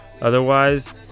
otherwise